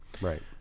Right